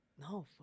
no